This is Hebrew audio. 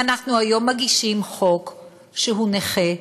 ואנחנו היום מגישים חוק שהוא נכה,